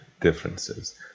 differences